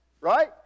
right